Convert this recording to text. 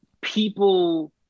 people